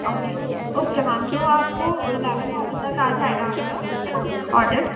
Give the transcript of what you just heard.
okay okay ma'am तो आपको eleven thirty तक आजाएगा आपका है न ऑर्डर